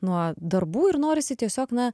nuo darbų ir norisi tiesiog na